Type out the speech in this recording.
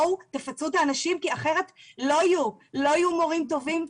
תפצו את האנשים כי אחרת לא יהיו מורים טובים,